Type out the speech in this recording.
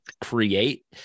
create